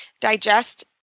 digest